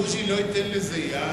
בוז'י לא ייתן לזה יד.